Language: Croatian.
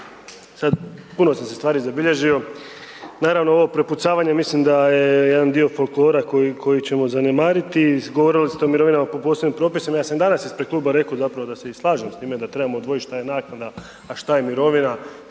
sad puno sam si stvari zabilježio, naravno ovo prepucavanje mislim da je jedan dio folklora koji ćemo zanemariti, govorili ste o mirovinama po posebnim propisima, ja sam danas ispred klub rekao zapravo i da se slažem s time da trebamo odvojiti šta je naknada a šta je mirovina,